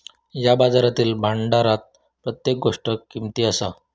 या बाजारातील भांडारात प्रत्येक गोष्ट किमती असा